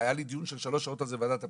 היה לי דיון של שלוש שעות על זה בוועדת הפנים,